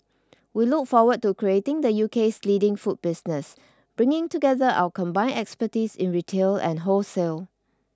we look forward to creating the UK's leading food business bringing together our combined expertise in retail and wholesale